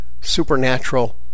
supernatural